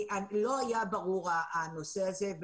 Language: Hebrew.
לא היה ברור הנושא הזה,